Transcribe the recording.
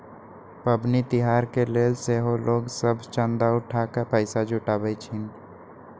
पबनि तिहार के लेल सेहो लोग सभ चंदा उठा कऽ पैसा जुटाबइ छिन्ह